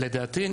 לדעתי,